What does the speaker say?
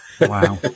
Wow